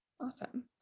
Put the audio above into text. Awesome